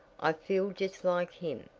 i feel just like him.